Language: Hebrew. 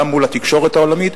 גם מול התקשורת העולמית.